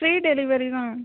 free delivery தான்